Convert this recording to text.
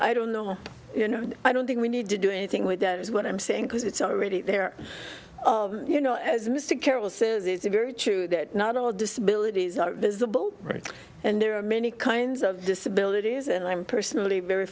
i don't know you know i don't think we need to do anything with that is what i'm saying because it's already there you know as mr carroll says it's very true that not all disabilities are visible right and there are many kinds of disabilities and i'm personally very